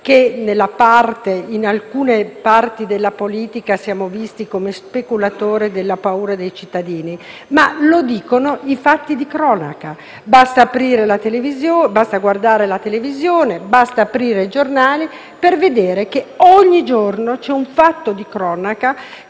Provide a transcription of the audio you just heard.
che da alcune parti politiche siamo visti come speculatori sulla paura dei cittadini, ma lo dicono i fatti di cronaca. Basta guardare i programmi televisivi e aprire i giornali per vedere che ogni giorno un fatto di cronaca